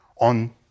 on